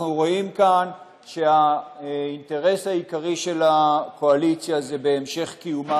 אנחנו רואים כאן שהאינטרס העיקרי של הקואליציה הוא בהמשך קיומה